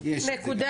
יש את זה.